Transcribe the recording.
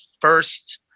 first